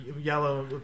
yellow